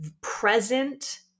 present